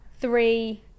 Three